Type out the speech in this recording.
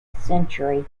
century